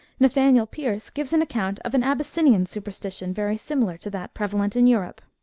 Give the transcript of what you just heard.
nathaniel pierce gives an account of an abyssinian superstition very similar to that prevalent in europe.